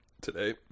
today